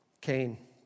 Cain